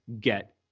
get